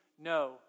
No